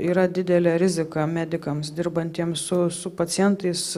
yra didelė rizika medikams dirbantiems su su pacientais